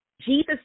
Jesus